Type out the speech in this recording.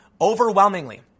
overwhelmingly